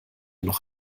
noch